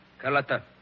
Carlotta